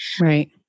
Right